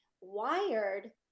wired